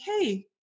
Hey